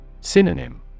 Synonym